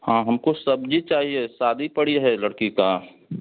हाँ हमको सब्जी चाहिए शादी पड़ी है लड़की का